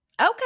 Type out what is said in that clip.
Okay